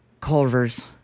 Culver's